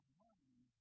money